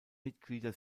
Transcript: mitglieder